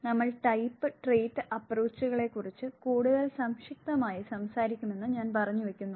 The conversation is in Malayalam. നമ്മൾ ടൈപ്പ് ട്രെയ്റ്റ് അപ്രോച്ചുകളെ കുറിച്ച് കൂടുതൽ സംക്ഷിപ്തമായി സംസാരിക്കുമെന്ന് ഞാൻ പറഞ്ഞു വെക്കുന്നു